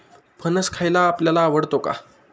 फणस खायला आपल्याला आवडतो का?